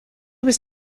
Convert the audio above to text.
was